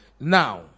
Now